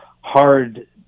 hard